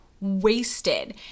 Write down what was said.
wasted